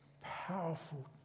powerful